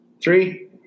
Three